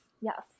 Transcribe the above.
Yes